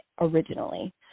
originally